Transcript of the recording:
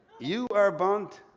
you are a bunt,